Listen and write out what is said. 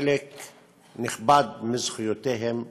שחלק נכבד מזכויותיהם נשלל.